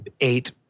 eight